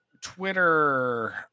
Twitter